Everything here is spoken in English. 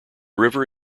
river